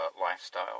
lifestyle